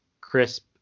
crisp